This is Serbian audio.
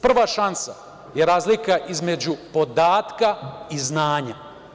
Prva šansa je razlika između podatka i znanja.